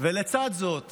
ולצד זאת